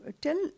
tell